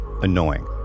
annoying